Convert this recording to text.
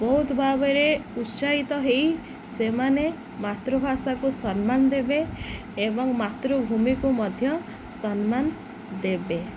ବହୁତ ଭାବରେ ଉତ୍ସାହିତ ହେଇ ସେମାନେ ମାତୃଭାଷାକୁ ସମ୍ମାନ ଦେବେ ଏବଂ ମାତୃଭୂମିକୁ ମଧ୍ୟ ସମ୍ମାନ ଦେବେ